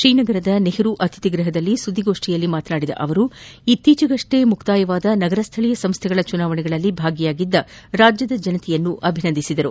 ತ್ರೀನಗರದ ನೆಪರು ಅತಿಥಿಗೃಹದಲ್ಲಿ ಸುದ್ದಿಗೋಷ್ಠಿ ಉದ್ದೇಶಿಸಿ ಮಾತನಾಡಿದ ಸಚಿವರು ಇತ್ತೀಚೆಗಷ್ಲೇ ಸಮಾಪನಗೊಂಡ ನಗರ ಸ್ವಳೀಯ ಸಂಸ್ಥೆಗಳ ಚುನಾವಣೆಗಳಲ್ಲಿ ಭಾಗಿಯಾಗಿದ್ದ ರಾಜ್ಯದ ಜನತೆಯನ್ನು ಅಭಿನಂದಿಸಿದರು